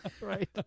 Right